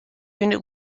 unit